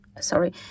sorry